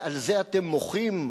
ועל זה אתם מוחים?